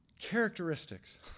characteristics